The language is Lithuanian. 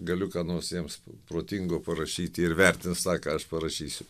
galiu ką nors jiems protingo parašyti ir vertins tą ką aš parašysiu